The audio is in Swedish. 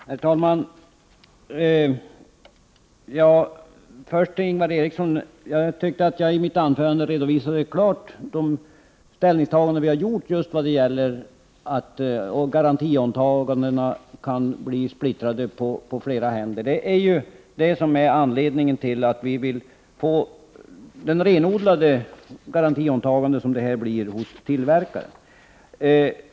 Herr talman! I mitt anförande, Ingvar Eriksson, redovisade jag klart våra ABER 1:10 ställningstaganden i frågan om garantiåtagandena kan bli splittrade på flera händer. Det är anledningen till att vi vill få ett renodlat garantiåtagande hos tillverkaren.